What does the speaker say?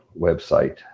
website